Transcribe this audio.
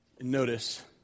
Notice